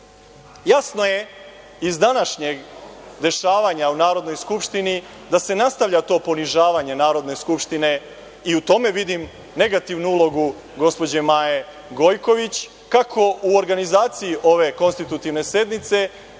je iz današnjih dešavanja u Narodnoj skupštini da se nastavlja to ponižavanje Narodne skupštine i u tome vidim negativnu ulogu gospođe Maje Gojković kako u organizaciji ove konstitutivne sednice,